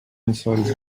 unsought